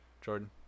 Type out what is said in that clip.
Jordan